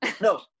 No